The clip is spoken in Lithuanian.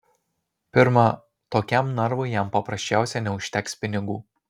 pirma tokiam narvui jam paprasčiausiai neužteks pinigų